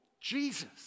Jesus